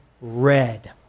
red